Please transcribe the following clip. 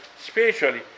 spiritually